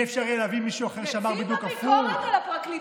נציב הביקורת.